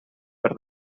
per